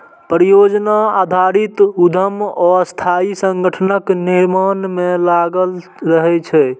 परियोजना आधारित उद्यम अस्थायी संगठनक निर्माण मे लागल रहै छै